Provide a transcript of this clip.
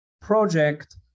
project